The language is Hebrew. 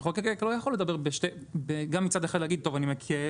המחוקק לא יכול מצד אחד לומר שהוא מקל